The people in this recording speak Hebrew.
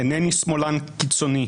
אינני שמאלן קיצוני,